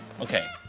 Okay